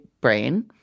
brain